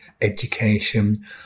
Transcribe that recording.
education